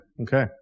okay